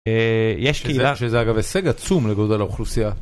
יש קהילה שזה אגב הישג עצום לגודל האוכלוסייה.